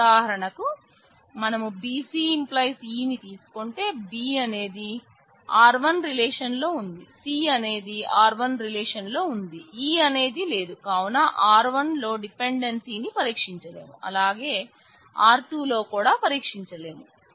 ఉదాహారణకు మనం BC→ E ని తీసుకుంటే B అనేది R1రిలేషన్లో ఉంది C అనేది R1 రిలేషన్లో ఉంది E అనేది లేదు కావున R1 లో డిపెండెన్సీ ని పరీక్షించలేం అలాగే R2 లో కూడా పరీక్షించలేం